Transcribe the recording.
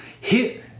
hit